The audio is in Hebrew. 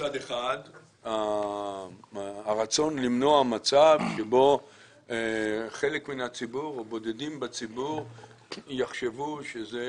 מצד אחד הרצון למנוע מצב שבו חלק מן הציבור או בודדים בציבור יחשבו שזה